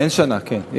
אין שנה, כן.